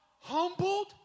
humbled